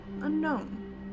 unknown